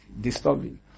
disturbing